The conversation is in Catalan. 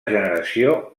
generació